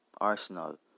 Arsenal